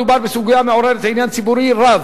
מדובר בסוגיה המעוררת עניין ציבורי רב,